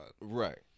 Right